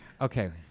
Okay